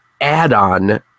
add-on